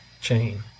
chain